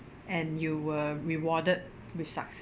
and you were rewarded with success